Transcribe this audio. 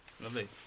Lovely